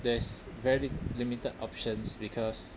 there's very limited options because